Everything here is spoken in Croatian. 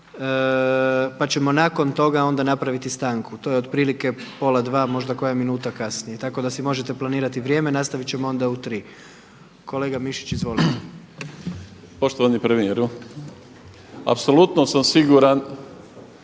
pa ćemo nakon toga onda napraviti stanku. To je otprilike pola dva, možda koja minuta kasnije tako da si možete planirati vrijeme. Nastavit ćemo onda u 3. Kolega Mišić, izvolite. **Mišić, Ivica (Promijenimo